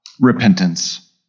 repentance